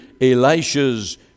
Elisha's